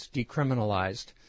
decriminalized